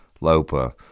LOPA